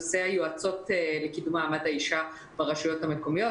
נושא היועצות לקידום מעמד האישה ברשויות המקומיות.